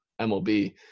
MLB